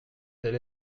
tel